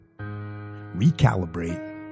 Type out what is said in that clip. recalibrate